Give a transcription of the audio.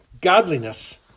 godliness